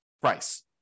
price